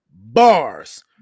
bars